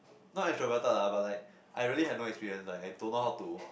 not extroverted lah but like I really have no experience like I don't know how to